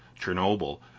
Chernobyl